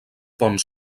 ponts